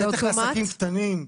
בעסקים קטנים.